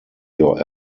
your